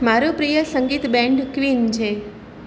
મારું પ્રિય સંગીત બેન્ડ ક્વિન છે